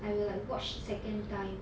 I will like watch second time